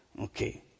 okay